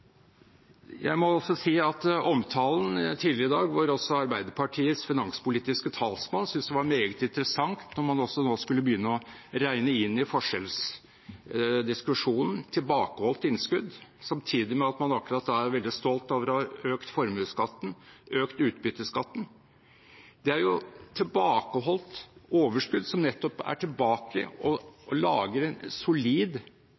Jeg må også si at omtalen tidligere i dag, hvor Arbeiderpartiets finanspolitiske talsmann syntes det var meget interessant at man nå også skulle begynne å regne inn tilbakeholdt innskudd i forskjellsdiskusjonen, samtidig med at man akkurat er veldig stolt over å ha økt formuesskatten og økt utbytteskatten. Dette er jo tilbakeholdt overskudd som nettopp er tilbake